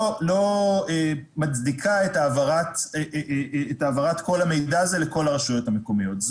לא מצדיקה את העברת כל המידע הזה לכל הרשויות המקומיות.